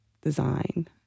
design